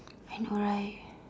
I know right